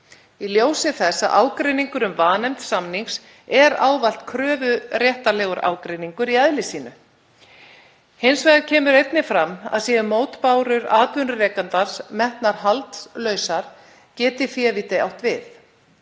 í ljósi þess að ágreiningur um vanefnd samnings er ávallt kröfuréttarlegur ágreiningur í eðli sínu. Hins vegar kemur einnig fram að séu mótbárur atvinnurekandans metnar haldlausar geti févíti átt við.